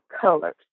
colors